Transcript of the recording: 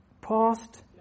past